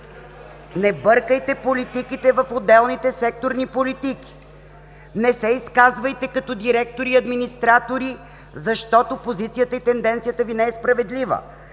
Не бъркайте политиките в отделните секторни политики! Не се изказвайте като директори и администратори, защото позицията и тенденцията Ви не е справедлива!